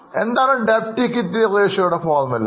നിങ്ങൾക്ക് debt equity അനുപാതത്തിൻറെ formula അറിയാമല്ലോ